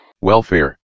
Welfare